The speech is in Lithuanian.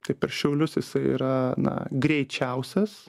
tai per šiaulius jisai yra na greičiausias